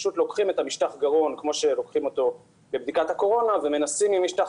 פשוט לוקחים את משטח הגרון כמו שלוקחים בבדיקת הקורונה ומנסים ממשטח